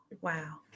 wow